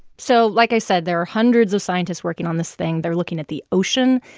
so like i said, there are hundreds of scientists working on this thing. they're looking at the ocean,